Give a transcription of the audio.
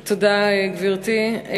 תודה, גברתי.